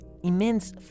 immense